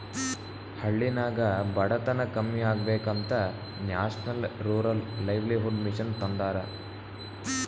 ಹಳ್ಳಿನಾಗ್ ಬಡತನ ಕಮ್ಮಿ ಆಗ್ಬೇಕ ಅಂತ ನ್ಯಾಷನಲ್ ರೂರಲ್ ಲೈವ್ಲಿಹುಡ್ ಮಿಷನ್ ತಂದಾರ